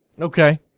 Okay